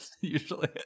usually